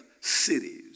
cities